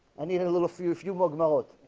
i need and a little for you if you mignolet